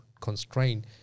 constraint